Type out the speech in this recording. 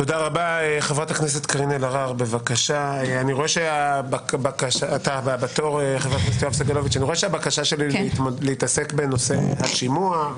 אני רואה שהבקשה שלי לעסוק בנושא השימוע,